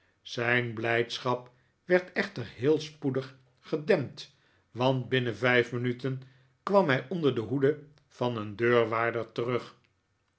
zijn blijdschap werd echter heel spoedig gedempt want binnen vijf minuten kwam hij onder de hoede van een d eurwaarder terug